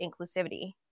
inclusivity